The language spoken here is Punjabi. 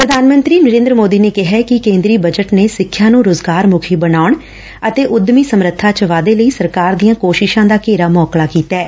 ਪ੍ਧਾਨ ਮੰਤਰੀ ਨਰੇ'ਦਰ ਮੋਦੀ ਨੇ ਕਿਹੈ ਕਿ ਕੇ'ਦਰੀ ਬਜਟ ਨੇ ਸਿੱਖਿਆ ਨੂੰ ਰੁਜ਼ਗਾਰ ਮੁੱਖੀ ਬਣਾਉਣ ਅਤੇ ਉਦਮੀ ਸਮੱਰਬਾ ਚ ਵਾਧੇ ਲਈ ਸਰਕਾਰ ਦੀਆਂ ਕੋਸ਼ਿਸਾਂ ਦਾ ਘੇਰਾ ਮੌਕਲਾ ਕੀਤੈ